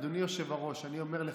אדוני היושב-ראש, אני אומר לך,